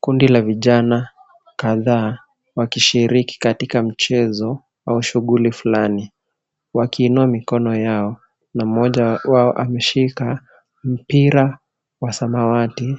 Kundi la vijana kadhaa wakishiriki katika mchezo au shughuli fulani, wakiinua mikono yao na mmoja wao ameshikapira wa samawati.